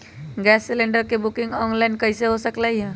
Gas cylinder के booking online कईसे हो सकलई ह?